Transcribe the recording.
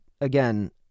again